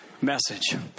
message